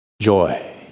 joy